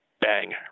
bang